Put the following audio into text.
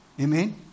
Amen